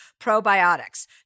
probiotics